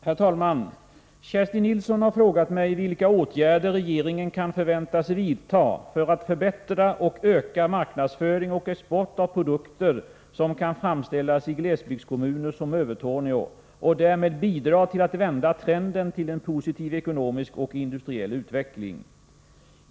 Herr talman! Kerstin Nilsson har frågat mig vilka åtgärder regeringen kan förväntas vidta för att förbättra och öka marknadsföring och export av produkter som kan framställas i glesbygdskommuner som Övertorneå och därmed bidra till att vända trenden till en positiv ekonomisk och industriell utveckling.